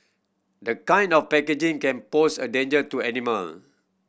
the kind of packaging can pose a danger to animal